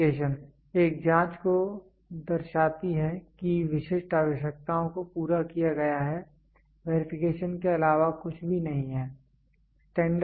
verification एक जांच जो दर्शाती है कि विशिष्ट आवश्यकताओं को पूरा किया गया है वेरीफिकेशन के अलावा कुछ भी नहीं है